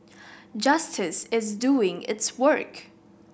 justice is doing its work